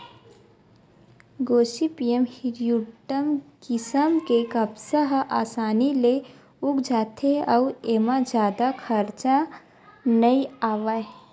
Gossypium hirsutum किसम के कपसा ह असानी ले उग जाथे अउ एमा जादा खरचा नइ आवय